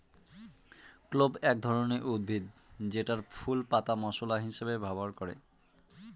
clove এক ধরনের উদ্ভিদ যেটার ফুল, পাতা মশলা হিসেবে ব্যবহার করে